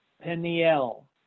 Peniel